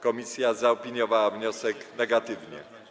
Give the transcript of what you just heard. Komisja zaopiniowała wniosek negatywnie.